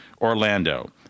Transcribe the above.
Orlando